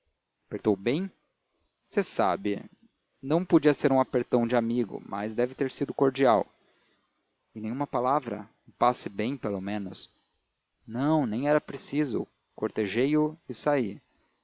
apertou bem você sabe não podia ser um apertão de amigo mas deve ter sido cordial e nenhuma palavra um passe bem ao menos não nem era preciso cortejei o e saí